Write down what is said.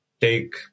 take